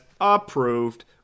approved